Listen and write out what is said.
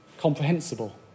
comprehensible